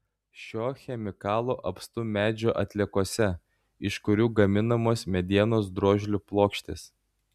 šio chemikalo apstu medžio atliekose iš kurių gaminamos medienos drožlių plokštės